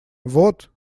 вот